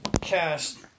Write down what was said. cast